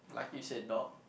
like you said dog